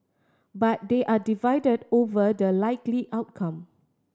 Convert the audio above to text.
but they are divided over the likely outcome